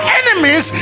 enemies